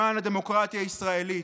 למען הדמוקרטיה הישראלית.